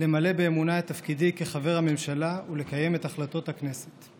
למלא באמונה את תפקידי כחבר הממשלה ולקיים את החלטות הכנסת.